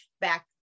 back